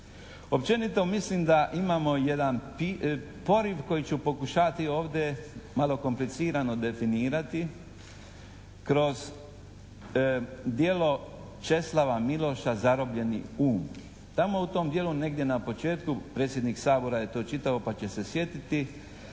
Općenito mislim da imamo jedan poriv koji ću pokušavati ovdje malo komplicirano definirati kroz djelo Česlava Miloša "Zarobljeni um". Tamo u tom djelu negdje na početku, predsjednik Sabora je to čitao pa će se sjetiti,